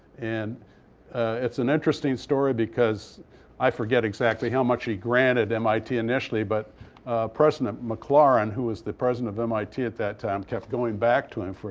and it's an interesting story because i forget exactly how much he granted mit initially. but president maclaurin, who was the president of mit at that time, kept going back to him.